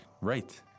right